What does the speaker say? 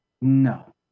No